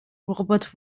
robert